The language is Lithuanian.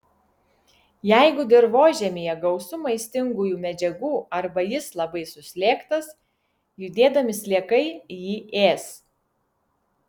jeigu dirvožemyje gausu maistingųjų medžiagų arba jis labai suslėgtas judėdami sliekai jį ės